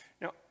Now